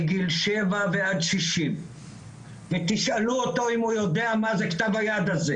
מגיל שבע ועד 60 ותשאלו אותו אם הוא יודע מה זה כתב היד הזה